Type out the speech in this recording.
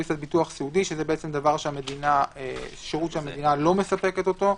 זה שירות שהמדינה לא מספקת אותו.